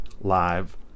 Live